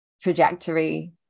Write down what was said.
trajectory